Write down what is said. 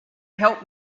helped